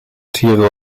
tiere